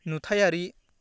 नुथायारि